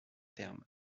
termes